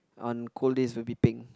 on cold days will be peng